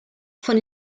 von